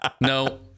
no